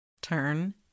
Turn